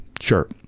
sure